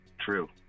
True